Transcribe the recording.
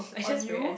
on you